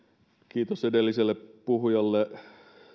kiitos edelliselle puhujalle